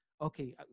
okay